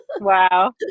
Wow